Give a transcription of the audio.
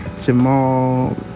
jamal